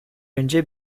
önce